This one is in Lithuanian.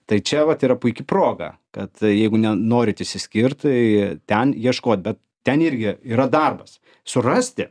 tai čia vat yra puiki proga kad jeigu nenorit išsiskirt tai ten ieškot bet ten irgi yra darbas surasti